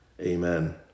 Amen